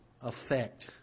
effect